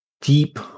deep